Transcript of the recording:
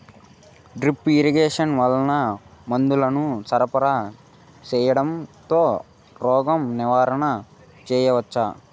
Drip irrigation వల్ల మందులను సరఫరా సేయడం తో రోగ నివారణ చేయవచ్చా?